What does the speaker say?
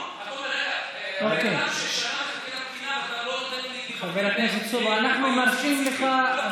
אין היגיון, חבר הכנסת סובה, אנחנו מרשים לך,